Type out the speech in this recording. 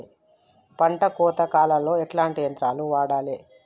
పంట కోత కాలాల్లో ఎట్లాంటి యంత్రాలు వాడాలే?